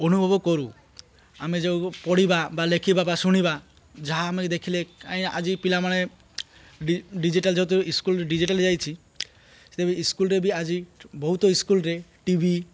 ଅନୁଭବ କରୁ ଆମେ ଯେଉଁ ପଢ଼ିବା ବା ଲେଖିବା ବା ଶୁଣିବା ଯାହା ଆମେ ଦେଖିଲେ କାଇଁ ଆଜି ପିଲାମାନେ ଡିଜିଟାଲ୍ ଯେହେତୁ ସ୍କୁଲ୍ରେ ଡିଜିଟାଲ୍ ଯାଇଛି ତେବେ ସ୍କୁଲ୍ରେ ବି ଆଜି ବହୁତ ସ୍କୁଲ୍ରେ ଟିଭି